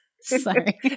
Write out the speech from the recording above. sorry